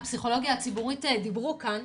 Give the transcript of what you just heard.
מהפסיכולוגיה הציבורית דיברו כאן.